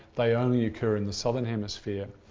they only occur in the southern hemisphere.